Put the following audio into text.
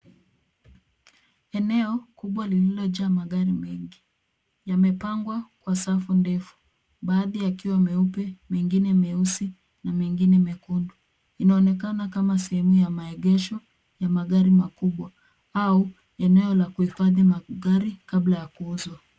Eneo kubwa lililojaa magari mengi yamepangwa kwa safu ndefu, baadhi yakiwa meupe, mengine meusi, na mengine mekundu. Inaonekana kama sehemu ya maegesho ya magari makubwa, au eneo la kuhifadhi magari kabla ya kuuzwa.